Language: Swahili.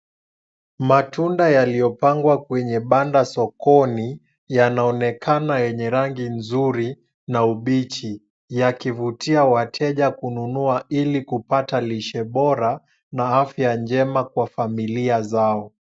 Matunda yaliyopangwa kwenye banda sokoni, yanaonekana yenya rangi nzuri na ubichi, yakivutia wateja kununua ili kupata lishe na afya njema kwa familia zao.